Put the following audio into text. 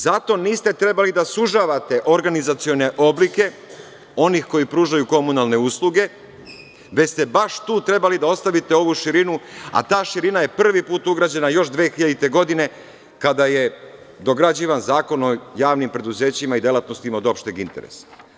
Zato niste trebali da sužavate organizacione oblike onih koji pružaju komunalne usluge, već ste baš tu trebali da ostavite ovu širinu, a ta širina je prvi put ugrađena još 2000. godine kada je dograđivan Zakon o javnim preduzećima i delatnostima od opšteg interesa.